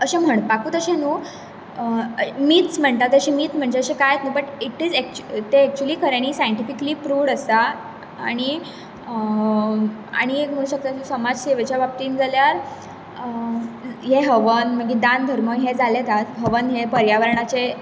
अशें म्हणपाकूत अशें न्हय मिथस् म्हणटा तशें मीथ म्हणजे अशें कांयत न्हय बट ईट ईज एक्चु तें एक्चुअली खऱ्यानी सायण्टिफिक्ली प्रुव्ड आसा आनी आनी एक म्हणूं शकता की समाज सेवेच्या बाबतीन जाल्यार हें हवन मागी दान धर्म हें जालें दार हवन हें पर्यावरणाचें